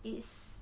it's